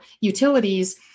utilities